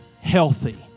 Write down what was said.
healthy